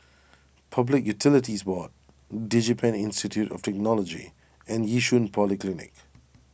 Public Utilities Board DigiPen Institute of Technology and Yishun Polyclinic